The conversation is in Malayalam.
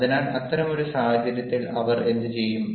അതിനാൽ അത്തരമൊരു സാഹചര്യത്തിൽ അവർ എന്തുചെയ്യും